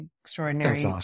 extraordinary